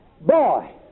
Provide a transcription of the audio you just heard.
Boy